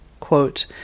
quote